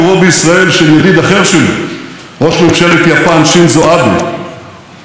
וביקורי ביפן, היקף ההשקעות של יפן בישראל,